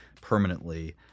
permanently